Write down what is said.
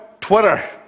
Twitter